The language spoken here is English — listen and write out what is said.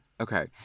Okay